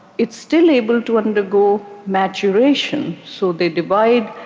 it's still able to undergo maturation so they divide,